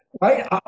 Right